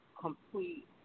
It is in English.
complete